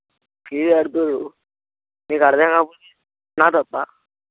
fees కడుతుర్రు నీకు అర్థం కాకపోతే నా తప్పా